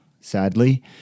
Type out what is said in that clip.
sadly